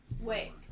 Wait